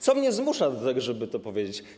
Co mnie zmusza do tego, żeby to powiedzieć?